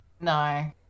No